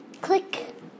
Click